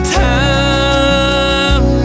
time